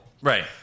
Right